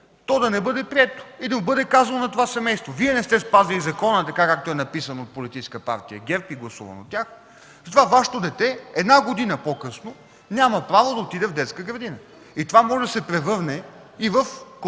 то да не бъде прието и да бъде казано на това семейство, че не са спазили закона (както е написано от Политическа партия „ГЕРБ” и гласуван от тях), и затова детето една година по-късно няма право да отиде в детска градина. Това може да се превърне и в корупционен